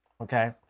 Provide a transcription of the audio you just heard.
okay